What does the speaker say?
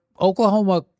Oklahoma